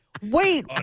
Wait